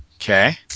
Okay